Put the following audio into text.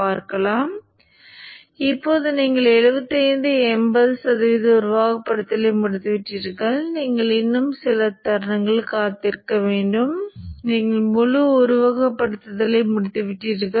ஒன்று இங்கே இந்த கட்டத்தில் மையம் மீட்டமைக்கப்பட்டது நான் அடுத்த சுழற்சியில் பயணத்தைத் தொடங்கத் தயார் என்று கொடுத்தேன்